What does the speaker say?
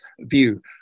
view